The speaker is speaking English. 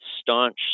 staunch